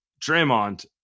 Draymond